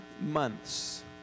months